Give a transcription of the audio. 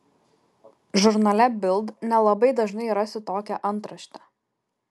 žurnale bild nelabai dažnai rasi tokią antraštę